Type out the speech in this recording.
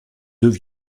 deux